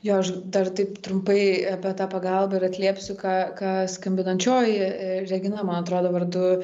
jo aš dar taip trumpai apie tą pagalbą ir atliepsiu ką ką skambinančioji regina man atrodo vardu